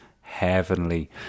heavenly